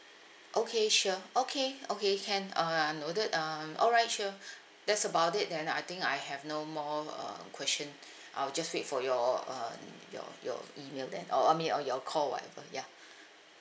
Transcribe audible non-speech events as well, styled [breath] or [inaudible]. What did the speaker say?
okay sure okay okay can uh I noted um alright sure [breath] that's about it then I think I have no more uh question [breath] I'll just wait for your um your your email then or I mean or your call whatever ya [breath]